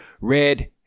Red